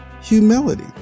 humility